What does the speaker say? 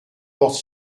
porte